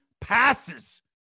passes